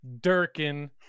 Durkin